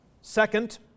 Second